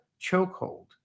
chokehold